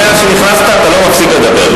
מאז שנכנסת אתה לא מפסיק לדבר.